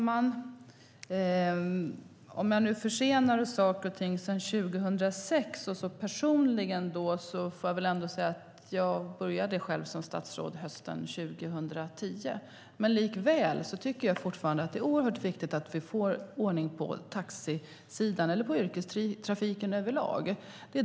Herr talman! Beträffande att jag personligen skulle försena saker och ting sedan 2006 får jag säga att jag tillträdde som statsråd hösten 2010. Likväl tycker jag att det är oerhört viktigt att vi får ordning på taxisidan och på yrkestrafiken överlag.